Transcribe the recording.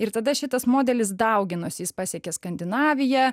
ir tada šitas modelis dauginosi jis pasiekė skandinaviją